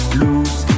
lose